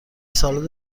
سالاد